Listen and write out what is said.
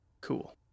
Cool